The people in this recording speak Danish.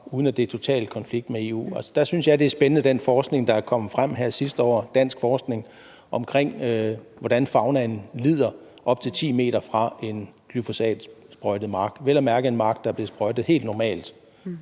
uden at det er totalt i konflikt med EU, synes jeg, at det er spændende med den danske forskning, der er kommet sidste år, om, hvordan faunaen lider op til 10 m fra en glyfosatsprøjtet mark, vel at mærke en mark, der er blevet sprøjtet helt normalt,